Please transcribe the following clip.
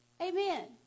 Amen